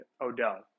Odell